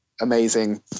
amazing